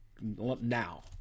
now